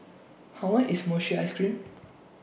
How much IS Mochi Ice Cream